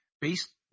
based